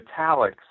metallics